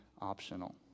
optional